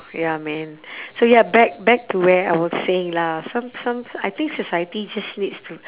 ya man so ya back back to where I was saying lah some some I think society just needs to